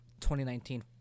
2019